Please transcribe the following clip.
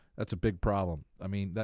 that's a big problem. i mean,